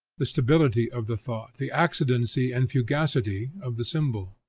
the stability of the thought, the accidency and fugacity of the symbol.